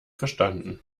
verstanden